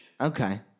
Okay